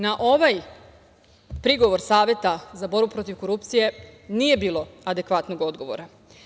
Na ovaj prigovor Saveta za borbu protiv korupcije nije bilo adekvatnog odgovora.